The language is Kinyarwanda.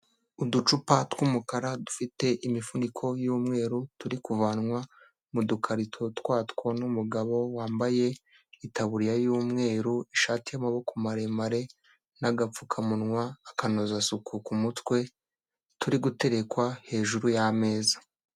Uducupa tw'umukara dufite imifuniko y'umweru turi kuvanwa mu dukarito twatwo n'umugabo wambaye itaburiya y'umweru , ishati y'amaboko maremare n'agapfukamunwa , akanoza suku ku mutwe turi guterekwa hejuru y'ameza.